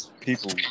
people